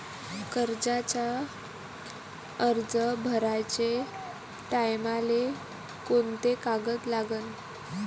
कर्जाचा अर्ज भराचे टायमाले कोंते कागद लागन?